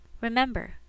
Remember